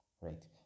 right